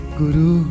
guru